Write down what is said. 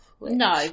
No